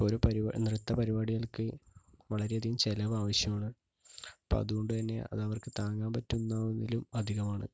അപ്പോൾ ഒരു നൃത്ത പരിപാടികൾക്ക് വളരെയധികം ചിലവാവശ്യമാണ് അപ്പോൾ അതുകൊണ്ടുതന്നെ അതവർക്ക് താങ്ങാൻ പറ്റുന്നതിലും അധികമാണ്